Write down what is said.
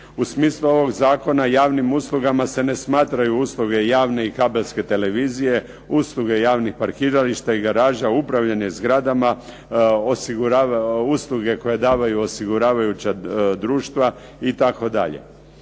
U smislu ovog zakona javnim uslugama se ne smatraju usluge javne i kabelske televizije, usluge javnih parkirališta i garaža, upravljanje zgradama, usluge koje davaju osiguravajuća društva itd.